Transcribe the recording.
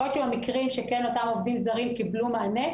יכול להיות שבמקרים שכן אותם העובדים הזרים קיבלו מענה,